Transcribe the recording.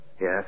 Yes